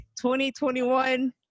2021